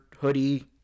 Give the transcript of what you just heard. hoodie